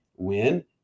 Win